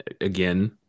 again